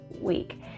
week